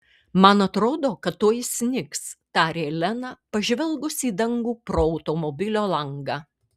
man atrodo kad tuoj snigs tarė lena pažvelgus į dangų pro automobilio langą